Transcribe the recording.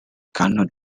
cannot